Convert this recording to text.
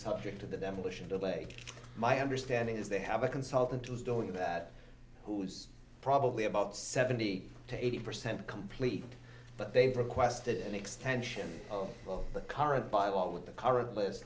subject to the demolition today my understanding is they have a consultant who's doing that who's probably about seventy to eighty percent complete but they've requested an extension of the current buyout with the current list